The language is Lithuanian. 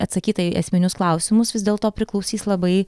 atsakyta į esminius klausimus vis dėl to priklausys labai